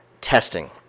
testing